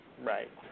Right